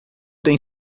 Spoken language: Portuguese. tem